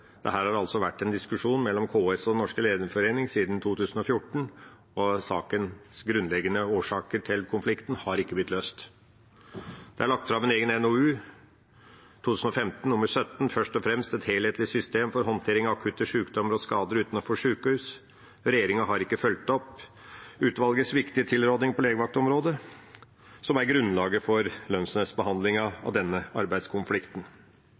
det her har vært en diskusjon mellom KS og Den norske legeforening siden 2014, og sakens grunnleggende årsaker til konflikten har ikke blitt løst. Det er lagt fram en egen NOU 2015: 17 Først og fremst – Et helhetlig system for håndtering av akutte sykdommer og skader utenfor sykehus. Regjeringa har ikke fulgt opp utvalgets viktige tilråding på legevaktområdet, som er grunnlaget for lønnsnemndbehandlingen av denne arbeidskonflikten.